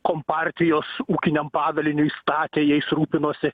kompartijos ūkiniam padaliniui statė jais rūpinosi